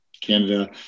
Canada